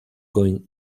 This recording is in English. going